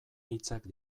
hitzak